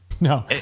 No